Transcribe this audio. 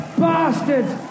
bastards